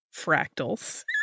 Fractals